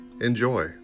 Enjoy